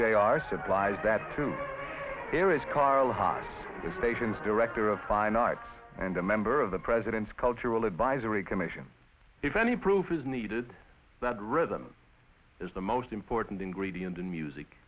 jr supplies that to paris carl sagan's director of fine arts and a member of the president's cultural advisory commission if any proof is needed that rhythm is the most important ingredient in music